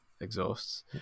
exhausts